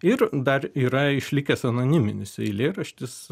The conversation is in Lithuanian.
ir dar yra išlikęs anoniminis eilėraštis